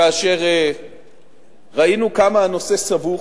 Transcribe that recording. כאשר ראינו כמה הנושא סבוך,